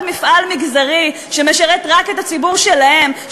מפעל מגזרי שמשרת רק את הציבור שלהם,